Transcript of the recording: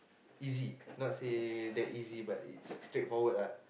easy not say that easy but it's straightforward ah